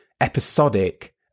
episodic